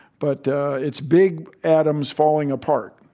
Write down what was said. but it's big atoms falling apart.